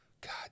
god